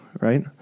right